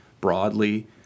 broadly